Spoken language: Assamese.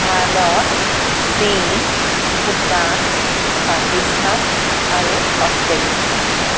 ভাৰত চীন ভূটান পাকিস্তান আৰু অষ্ট্ৰেলিয়া